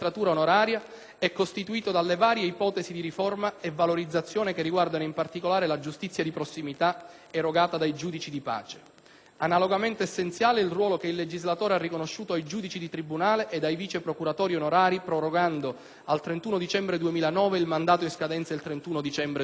è costituito dalle varie ipotesi di riforma e valorizzazione che riguardano, in particolare, la giustizia di prossimità erogata dai giudici di pace. Analogamente essenziale è il ruolo che il legislatore ha riconosciuto ai giudici di tribunale ed ai vice procuratori onorari, prorogando al 31 dicembre 2009 il mandato in scadenza al 31dicembre 2008.